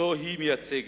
שהיא מייצגת,